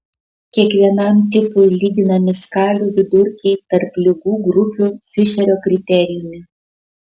kiekvienam tipui lyginami skalių vidurkiai tarp ligų grupių fišerio kriterijumi